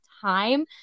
time